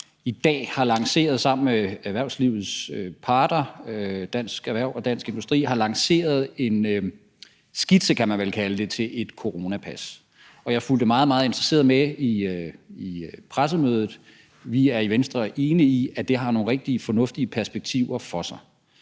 i dag sammen med erhvervslivets parter, Dansk Erhverv og Dansk Industri, har lanceret en skitse, kan man vel kalde det, til et coronapas. Og jeg fulgte meget, meget interesseret med i pressemødet. Vi er i Venstre enige i, at det har nogle rigtig fornuftige perspektiver. Men jeg